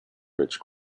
rich